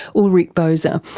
ulrich boser,